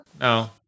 No